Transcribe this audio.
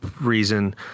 reason